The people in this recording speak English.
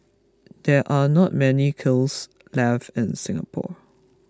there are not many kilns left in Singapore